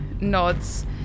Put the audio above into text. nods